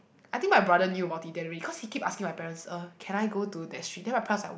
I think my brother knew about it the other way because he keep asking my parents uh can I go to that street then my parents was like